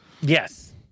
yes